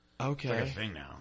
Okay